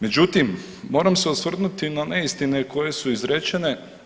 Međutim, moram se osvrnuti na neistine koje su izrečene.